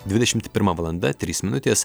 dvidešimt pirma valanda trys minutės